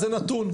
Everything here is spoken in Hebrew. זה נתון,